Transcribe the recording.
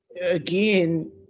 again